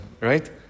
right